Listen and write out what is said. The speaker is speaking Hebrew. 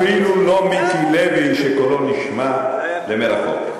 אפילו לא מיקי לוי שקולו נשמע למרחוק.